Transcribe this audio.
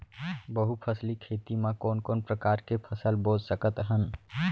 बहुफसली खेती मा कोन कोन प्रकार के फसल बो सकत हन?